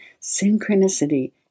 synchronicity